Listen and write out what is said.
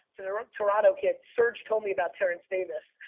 toronto kids, surge told me about terance davis.